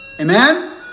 Amen